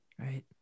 Right